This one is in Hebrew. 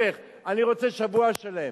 להיפך, אני רוצה שבוע שלם.